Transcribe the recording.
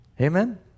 Amen